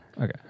Okay